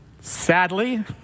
Sadly